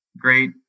great